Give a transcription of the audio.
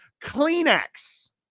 Kleenex